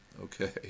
Okay